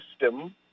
system